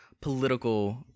political